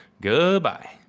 goodbye